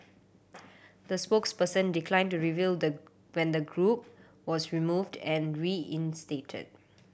the spokesperson declined to reveal the when the group was removed and reinstated